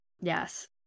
yes